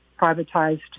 privatized